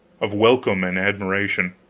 of welcome and admiration.